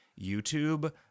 YouTube